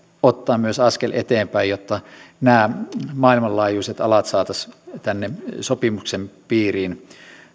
ottaa myös askel eteenpäin jotta nämä maailmanlaajuiset alat saataisiin tänne sopimuksen piiriin